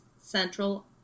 central